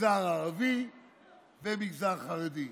מגזר ערבי ומגזר חרדי.